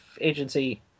agency